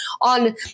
on